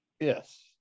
Yes